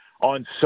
on